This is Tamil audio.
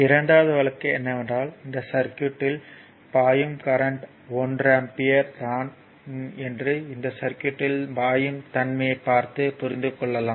இரண்டாவது வழக்கு என்னவென்றால் இந்த சர்க்யூட்யில் பாயும் கரண்ட் 1 ஆம்பியர் தான் என்று இந்த சர்க்யூட்யில் பாயும் தன்மையைப் பார்த்து புரிந்துக் கொள்ளலாம்